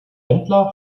händler